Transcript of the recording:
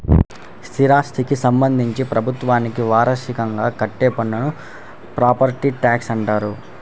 స్థిరాస్థికి సంబంధించి ప్రభుత్వానికి వార్షికంగా కట్టే పన్నును ప్రాపర్టీ ట్యాక్స్గా అంటారు